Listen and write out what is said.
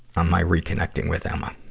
on my reconnecting with emma.